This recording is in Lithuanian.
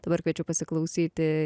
dabar kviečiu pasiklausyti